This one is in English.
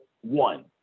one